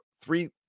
Three